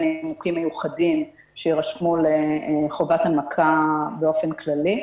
נימוקים מיוחדים שיירשמו לחובת הנמקה באופן כללי.